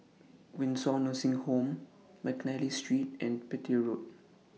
Windsor Nursing Home Mcnally Street and Petir Road